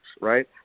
right